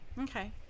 Okay